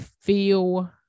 feel